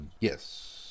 yes